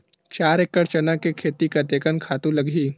चार एकड़ चना के खेती कतेकन खातु लगही?